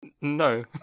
No